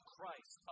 Christ